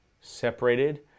separated